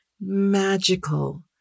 magical